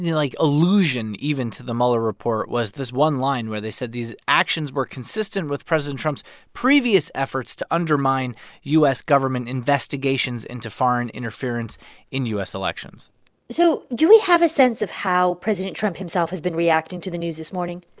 like, allusion even to the mueller report was this one line where they said these actions were consistent with president trump's previous efforts to undermine u s. government investigations into foreign interference in u s. elections so do we have a sense of how president trump himself has been reacting to the news this morning?